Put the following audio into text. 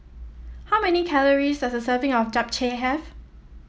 how many calories does a serving of Japchae have